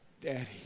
Daddy